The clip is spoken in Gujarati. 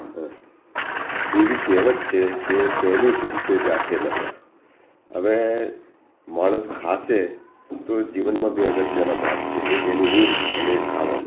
હં એવી કહેવત છે કે પહેલું સુખ તે જાતે નર્યા હવે માણસ ખાશે તો જીવનમાં બે અગત્યના ભાગ છે એક એની ઊંઘ અને એક ખાવાનું